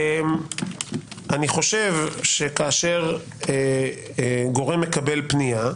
אני חושב שכאשר גורם מקבל פנייה,